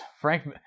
Frank